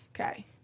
Okay